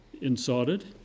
Insulted